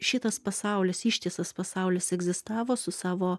šitas pasaulis ištisas pasaulis egzistavo su savo